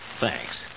Thanks